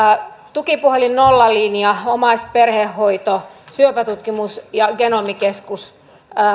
tukipuhelin nollalinja omais ja perhehoito syöpätutkimus ja genomikeskus